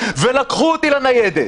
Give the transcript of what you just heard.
ולקחו אותי לניידת